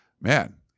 man